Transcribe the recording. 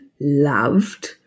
loved